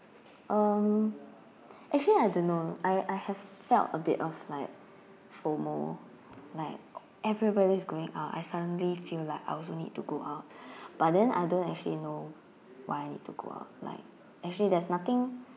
uh actually I don't know I I have felt a bit of like FOMO like everybody's going out I suddenly feel like I also need to go out but then I don't actually know why I need to go out like actually there's nothing